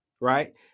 right